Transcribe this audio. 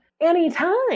anytime